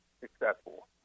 successful